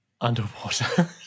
underwater